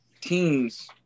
teams